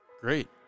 Great